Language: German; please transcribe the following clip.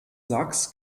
sachs